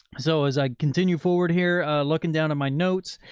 so as i continue forward here, looking down at my notes,